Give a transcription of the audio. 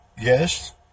Yes